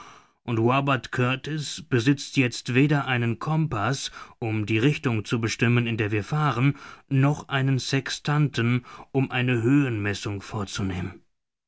und robert kurtis besitzt jetzt weder einen compaß um die richtung zu bestimmen in der wir fahren noch einen sextanten um eine höhenmessung vorzunehmen